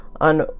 on